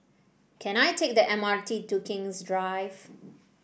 can I take the M R T to King's Drive